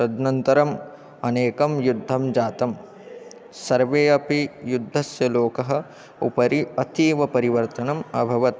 तदनन्तरम् अनेकं युद्धं जातं सर्वे अपि युद्धस्य लोकः उपरि अतीवपरिवर्तनम् अभवत्